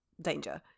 danger